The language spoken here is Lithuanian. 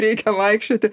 reikia vaikščioti